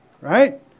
right